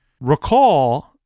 recall